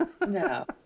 No